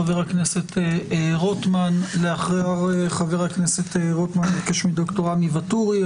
חבר הכנסת רוטמן, ולאחריו דוקטור עמי וטורי.